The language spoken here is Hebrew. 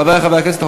חברי חברי הכנסת,